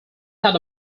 had